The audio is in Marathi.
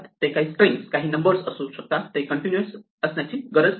ते काही स्ट्रिंग काही नंबर्स असू ते कंटिन्यूअस असण्याची गरज नाही